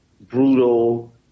brutal